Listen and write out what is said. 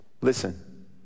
listen